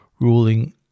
Ruling